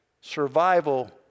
Survival